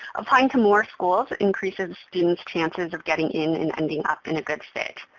applying to more schools increases students' chances of getting in and ending up in a good fit.